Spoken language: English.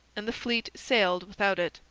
and the fleet sailed without it,